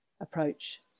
approach